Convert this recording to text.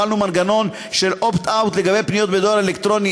החלנו מנגנון של opt-out לגבי פניות בדואר אלקטרוני,